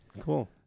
cool